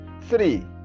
Three